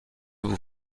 vous